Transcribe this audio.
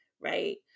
right